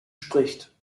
spricht